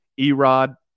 Erod